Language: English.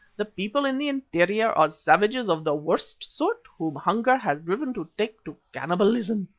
the people in the interior are savages of the worst sort, whom hunger has driven to take to cannibalism.